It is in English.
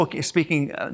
speaking